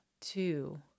two